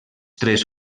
tres